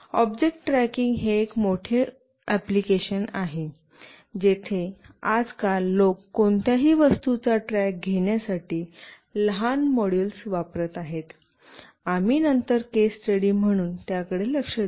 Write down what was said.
object tracking हे एक अतिशय मोठे एप्लिकेशन आहे जेथे आजकाल लोक कोणत्याही वस्तूचा ट्रॅक घेण्यासाठी लहान मॉड्यूल्स वापरत आहेत आम्ही नंतर केस स्टडी म्हणून त्याकडे लक्ष देऊ